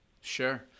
Sure